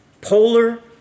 polar